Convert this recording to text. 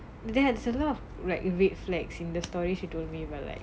there's a lot of like red flags in the story she told me but like